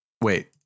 Wait